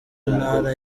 ntara